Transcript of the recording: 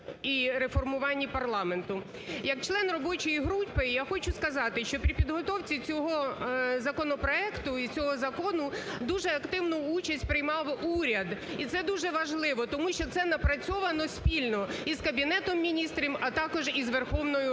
і реформуванні парламенту. Як член робочої групи я хочу сказати, що під підготовці цього законопроекту і цього закону дуже активну участь приймав уряд. І це дуже важливо, тому що це напрацьовано спільно із Кабінетом Міністрів, а також із Верховною Радою.